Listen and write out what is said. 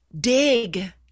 dig